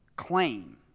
claim